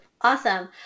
Awesome